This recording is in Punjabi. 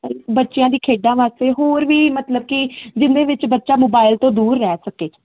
ਬੱਚਿਆਂ ਦੀ ਖੇਡਾਂ ਵਾਸਤੇ ਹੋਰ ਵੀ ਮਤਲਬ ਕਿ ਜਿੰਦੇ ਵਿੱਚ ਬੱਚਾ ਮੋਬਾਈਲ ਤੋਂ ਦੂਰ ਰਹਿ ਸਕੇ